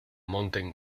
mountain